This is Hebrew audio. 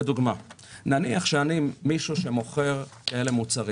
לדוגמה, נניח ואני מוכר מוצרים שכאלו.